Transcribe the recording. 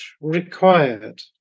required